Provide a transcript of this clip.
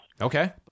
Okay